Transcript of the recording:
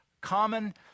Common